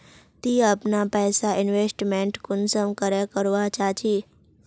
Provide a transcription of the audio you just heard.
ती अपना पैसा इन्वेस्टमेंट कुंसम करे करवा चाँ चची?